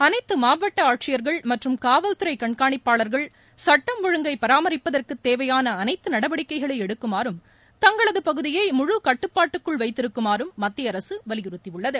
அனைத்து மாவட்ட ஆட்சியர்கள் மற்றும் காவல் துறை காண்காணிப்பாளர்கள் சட்டம் ஒழுங்கை பராமரிப்பதற்கு தேவையான அனைத்து நடவடிக்கைகளை எடுக்குமாறும் தங்களது பகுதியை முழு கட்டுப்பாட்டுக்குள் வைத்திருக்குமாறு மத்திய அரசு வலியுறுதியுள்ளது